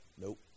Nope